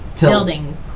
building